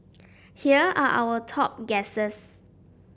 here are our top guesses